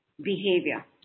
behavior